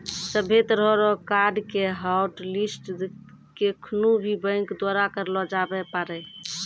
सभ्भे तरह रो कार्ड के हाटलिस्ट केखनू भी बैंक द्वारा करलो जाबै पारै